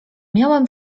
miałem